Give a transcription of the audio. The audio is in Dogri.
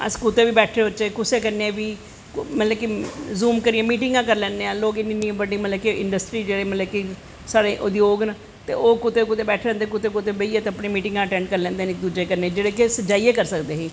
अस कुतै बी बैठे रौह्चै कुसै कन्नैं बी यूज़ कन्नैं मिटिंगां करी लैन्ने आं लोकें गी मतलव कि बड्डी इंडस्ट्री साढ़े उधोग न ते ओह् कुतै कुतै बैठे रौंह्दे ते कुतै कुतै बैठियै अपनीं मिटिंगां अटैंड करी लैंदे न जेह्ड़े कि अस जाईयै करदे हे